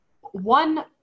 one